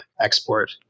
export